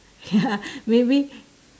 ya maybe